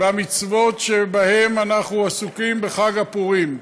שבהן אנחנו עסוקים בחג הפורים: